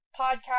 podcast